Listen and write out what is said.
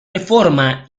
reforma